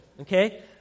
okay